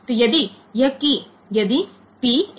તેથી જો આ કી P 1